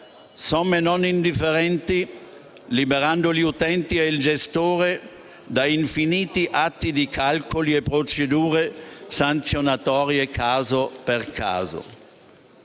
(somme non indifferenti), liberando gli utenti e il gestore da infiniti atti di calcoli e procedure sanzionatorie caso per caso.